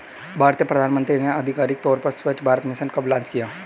भारतीय प्रधानमंत्री ने आधिकारिक तौर पर स्वच्छ भारत मिशन कब लॉन्च किया?